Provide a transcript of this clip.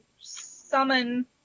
summon